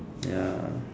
ya